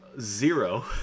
Zero